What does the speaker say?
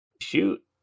Shoot